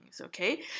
okay